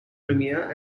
premier